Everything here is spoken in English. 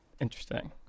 Interesting